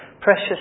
Precious